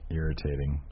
irritating